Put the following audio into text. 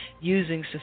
using